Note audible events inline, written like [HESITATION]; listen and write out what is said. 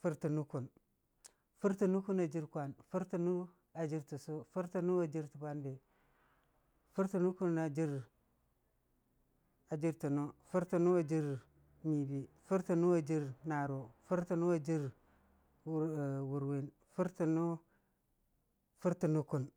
Fʊr tə nukkun, Fʊr tə nukkun a jɨr kwan, fʊr tə nʊ a jɨr təssʊ, fʊr tə nʊ a jɨr tə bwanbi, fʊr tə nukkun a jɨr a jɨr lə nv, fʊr tə mʊ a jɨr nyiibii, fʊr tə mʊ a jɨr narʊ, fʊr tə nʊ a jɨr wur [HESITATION] wurwin fʊr fʊr tə nukkun.